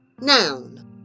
Noun